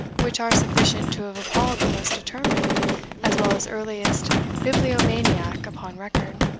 which are sufficient to have appalled the most determined as well as earliest bibliomaniac upon record,